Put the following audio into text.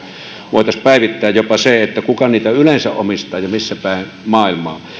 voitaisiin päivittää jopa se kuka niitä yleensä omistaa ja missä päin maailmaa